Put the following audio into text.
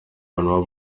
abantu